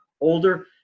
older